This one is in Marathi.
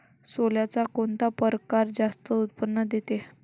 सोल्याचा कोनता परकार जास्त उत्पन्न देते?